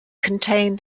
contained